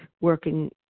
working